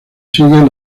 sigue